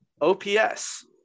OPS